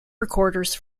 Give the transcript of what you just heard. recorders